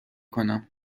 کنم